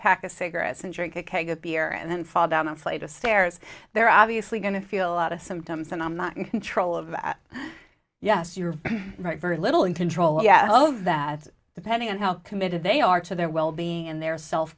pack of cigarettes and drink a keg of beer and then fall down a flight of stairs there are obviously going to feel a lot of symptoms and i'm not in control of yes you're right very little in control yeah oh that depending on how committed they are to their well being and their self